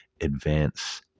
advance